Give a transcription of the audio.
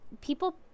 people